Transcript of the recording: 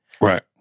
Right